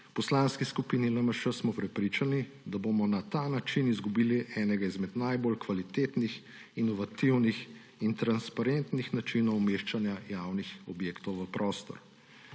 Poslanski skupini LMŠ smo prepričani, da bomo na ta način izgubili enega izmed najbolj kvalitetnih, inovativnih in transparentnih načinov umeščanja javnih objektov v prostor.